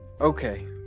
okay